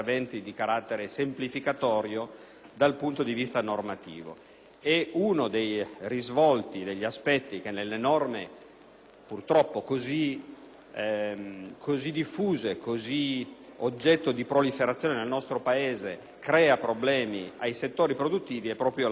dal punto di vista normativo. E uno dei risvolti che nelle norme purtroppo così diffuse e oggetto di proliferazione nel nostro Paese crea problemi nei settori produttivi è proprio l'aspetto ambientale.